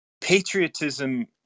patriotism